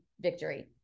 victory